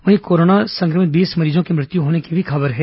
वहीं कोरोना संक्रमित बीस मरीजों की मृत्यु होने की भी खबर है